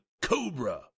Cobra